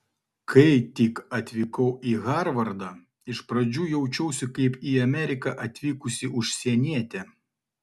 kai tik atvykau į harvardą iš pradžių jaučiausi kaip į ameriką atvykusi užsienietė